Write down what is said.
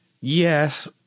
yes